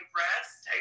rest